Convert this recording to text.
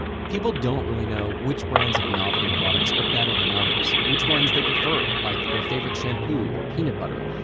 people don't really know which brands of novelty products are better than others, or which ones they prefer, like their favorite shampoo or peanut butter.